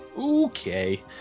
Okay